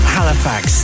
Halifax